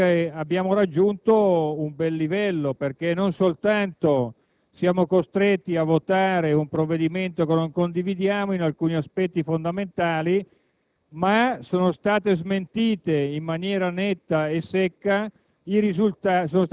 cosiddetto decreto Bersani. Ebbene, oggi credo che abbiamo raggiunto un bel livello, perché non soltanto siamo costretti a votare un provvedimento che non condividiamo in alcuni aspetti fondamentali,